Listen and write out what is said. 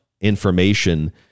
information